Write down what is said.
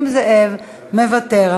חבר הכנסת נסים זאב, מוותר.